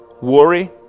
worry